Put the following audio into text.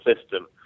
system